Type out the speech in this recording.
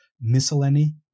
Miscellany